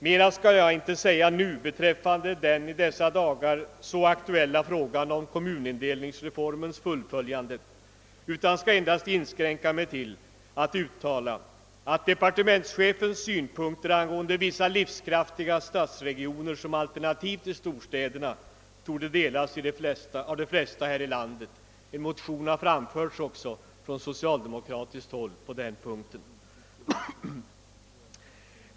Mera skall jag inte säga om den i dessa dagar så aktuella frågan om kommunindelningsreformens fullföljande. Jag vill endast tillägga att departementschefens synpunkter an gående vissa livskraftiga stadsregioner som alternativ till storstäderna torde delas av de flesta här i landet. En motion i den frågan har också väckts från socialdemokratiskt håll.